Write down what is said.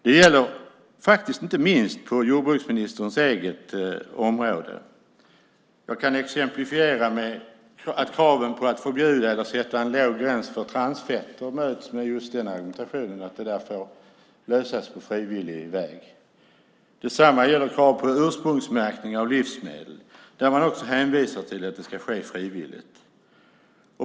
Det gäller inte minst på jordbruksministerns eget område. Jag kan exemplifiera med att kraven på att förbjuda eller sätta en låg gräns för transfetter möts med just denna argumentation. Det får lösas på frivillig väg. Detsamma gäller krav på ursprungsmärkning av livsmedel, där man också hänvisar till att det ska ske frivilligt.